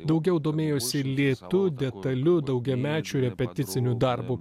daugiau domėjosi lėtu detaliu daugiamečiu repeticiniu darbu